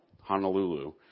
Honolulu